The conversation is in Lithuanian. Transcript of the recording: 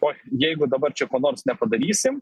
oj jeigu dabar čia ko nors nepadarysim